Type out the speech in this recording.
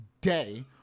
day